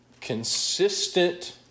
consistent